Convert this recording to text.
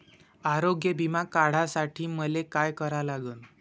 आरोग्य बिमा काढासाठी मले काय करा लागन?